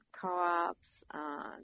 co-ops